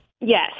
Yes